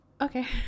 Okay